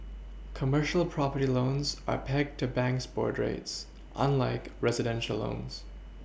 commercial property loans are pegged to banks' board rates unlike residential loans